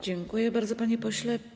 Dziękuję bardzo, panie pośle.